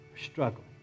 struggling